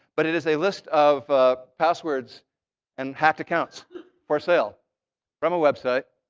but it is a list of passwords and hacked accounts for sale from a website.